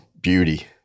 beauty